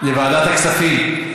לוועדת הכספים.